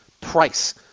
price